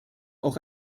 auch